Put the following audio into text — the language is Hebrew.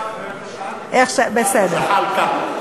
זחאלקָה,